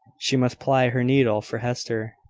she must ply her needle for hester,